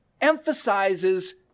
emphasizes